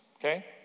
Okay